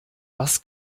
was